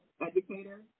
educator